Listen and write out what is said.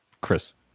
Chris